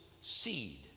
seed